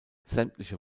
sämtliche